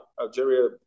Algeria